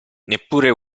neppure